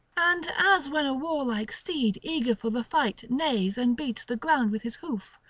and as when a warlike steed eager for the fight neighs and beats the ground with his hoof,